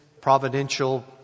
providential